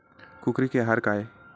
कुकरी के आहार काय?